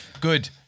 Good